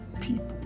People